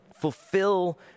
fulfill